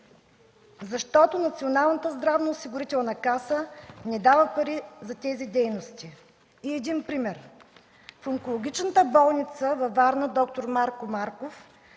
защото Националната здравноосигурителна каса не дава пари за тези дейности. Един пример: в Онкологичната болница във Варна – „Д р Марко Марков”,